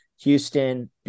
Houston